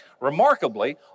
Remarkably